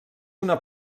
una